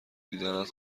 دیدنت